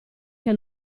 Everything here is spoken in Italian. che